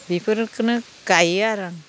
बेफोरखौनो गायो आरो आं